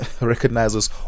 recognizes